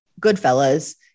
Goodfellas